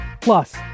Plus